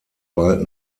bald